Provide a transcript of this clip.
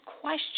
question